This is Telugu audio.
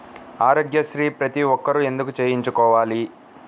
ఆరోగ్యశ్రీ ప్రతి ఒక్కరూ ఎందుకు చేయించుకోవాలి?